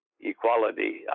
equality